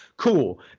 Cool